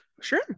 sure